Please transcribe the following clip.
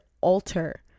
alter